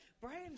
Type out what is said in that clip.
Brian